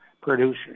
producers